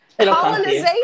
Colonization